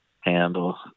handle